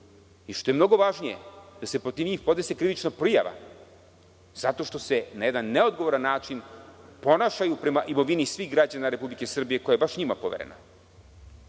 i što je mnogo važnije da se protiv njih podnese krivična prijava zato što se na jedan neodgovoran način ponašaju prema imovini građana Republike Srbije koja je njima baš poverena. Šta